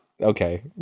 Okay